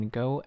go